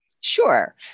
Sure